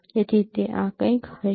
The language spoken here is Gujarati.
તેથી તે આ કંઈક હશે